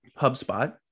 HubSpot